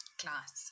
class